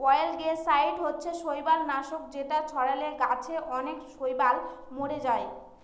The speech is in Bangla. অয়েলগেসাইড হচ্ছে শৈবাল নাশক যেটা ছড়ালে গাছে অনেক শৈবাল মোরে যায়